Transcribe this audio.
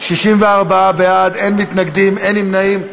64 בעד, אין מתנגדים, אין נמנעים.